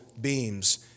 Beams